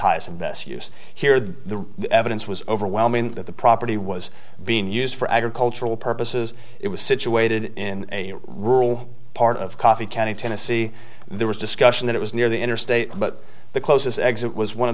his and that's us here the evidence was overwhelming that the property was being used for agricultural purposes it was situated in a rural part of coffee county tennessee and there was discussion that it was near the interstate but the closest exit was one of